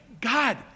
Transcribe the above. God